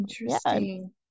interesting